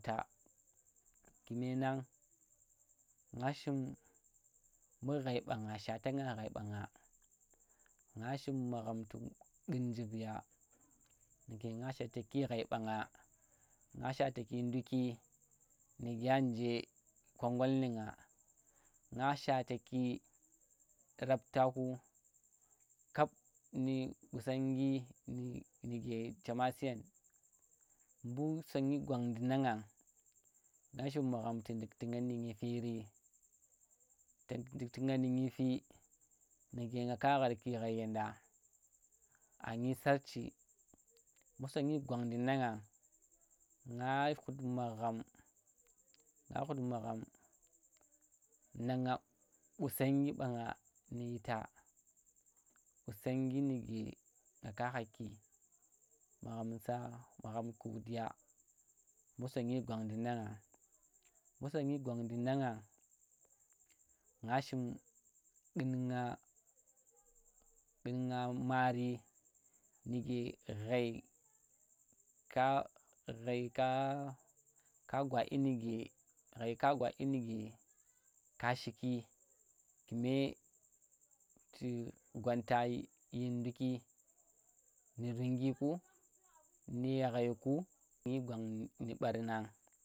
Ta kume nang nga shim mbu ghai ɓang nga shata nga ghai ɓa ngu nga shim magham tu ƙu̱n njip ya nuke nggu shataki ghai ɓan nga, nga shataki nduki nu gyu nje kongol nu ngu, nga shataki rap ta ku. Kap ndu qusongi nu- nuge cham a siyen. Mbu sonyi gwandi nan yang nga shim magham ku nduk tu nga nu nyifiri tan ki llina nu nyifa nuke nga ka gharki ghai yenɗu, a nyi sarci mbu sonyi gwang ndu nang nga, nga khut magham, nga khat magham nan nga qusongi ɓannga ndu yita qusongi nu nga khaki magham yita, magham ku wudyu mbu sonyi gwandi nang ngang, mbu sonyi gwandi nang ngang, nga shim qunnaga, qunga mari nuge ghai ka ghai ka, ka gwa dyi nuke, ghai ka, ka gwa dyi nuke, ghai ka gwa dyinuge ka shiki me ch gwanta dyin nduki nu rungi ku nu ye ghaiku